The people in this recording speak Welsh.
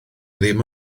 ddim